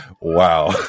wow